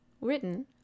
written